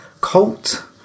Colt